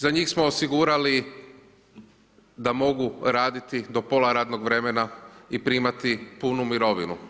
Za njih smo osigurali da mogu raditi do pola radnog vremena i primati punu mirovinu.